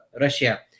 Russia